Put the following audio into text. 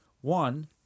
one